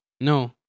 No